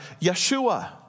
Yeshua